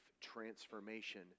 transformation